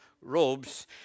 robes